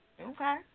Okay